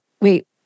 wait